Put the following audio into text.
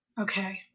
Okay